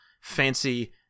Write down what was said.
fancy